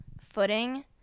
footing